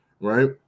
Right